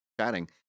chatting